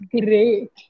great